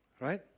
right